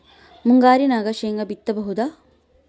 ಮುಂಗಾರಿನಾಗ ಶೇಂಗಾ ಬಿತ್ತಬಹುದಾ?